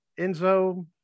Enzo